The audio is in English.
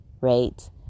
right